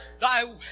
Thy